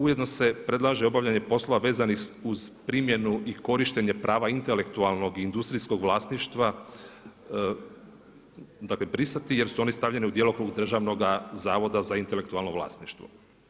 Ujedno se predlaže obavljanje poslova vezanih uz primjenu i korištenje prava intelektualnog i industrijskog vlasništva dakle brisati jer su oni stavljeni u djelokrug Državnog zavoda za intelektualno vlasništvo.